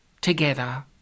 together